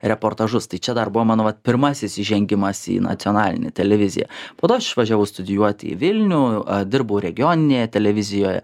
reportažus tai čia dar buvo mano vat pirmasis įžengimas į nacionalinę televiziją po to aš išvažiavau studijuoti į vilnių dirbau regioninėje televizijoje